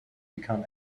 become